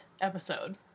episode